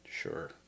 Sure